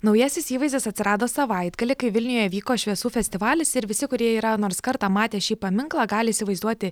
naujasis įvaizdis atsirado savaitgalį kai vilniuje vyko šviesų festivalis ir visi kurie yra nors kartą matę šį paminklą gali įsivaizduoti